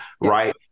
right